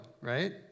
right